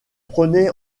prenait